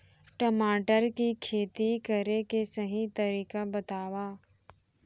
टमाटर की खेती करे के सही तरीका बतावा?